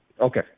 okay